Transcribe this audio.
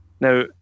Now